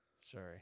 Sorry